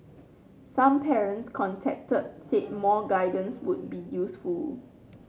some parents contacted said more guidance would be useful